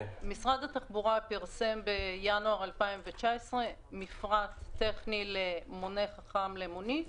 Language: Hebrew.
משרד התחבורה פרסם בינואר 2019 מפרט טכני למונה חכם למונית,